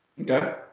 okay